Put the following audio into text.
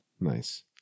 Nice